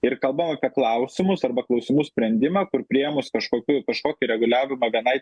ir kalbam apie klausimus arba klausimų sprendimą kur priėmus kažkokių kažkokį reguliavimą vienai